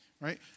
right